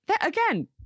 again